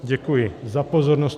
Děkuji za pozornost.